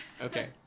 Okay